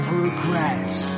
regrets